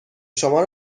شما